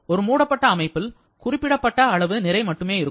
ஒரு மூடப்பட்ட அமைப்பில் குறிப்பிடப்பட்ட அளவு நிறை மட்டுமே இருக்கும்